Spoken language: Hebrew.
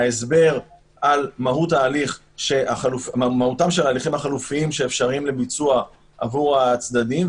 ההסבר על מהות ההליכים החליפיים שאפשריים לביצוע עבור הצדדים,